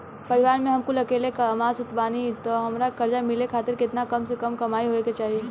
परिवार में हम अकेले कमासुत बानी त हमरा कर्जा मिले खातिर केतना कम से कम कमाई होए के चाही?